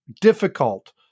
difficult